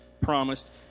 promised